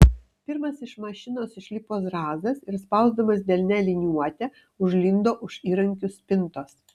pirmas iš mašinos išlipo zrazas ir spausdamas delne liniuotę užlindo už įrankių spintos